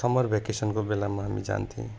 summer भेकेसनको बेलामा हामी जान्थ्यौँ